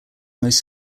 most